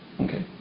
Okay